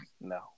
No